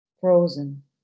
frozen